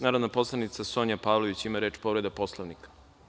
Narodna poslanica Sonja Pavlović, ima reč, povreda Poslovnika.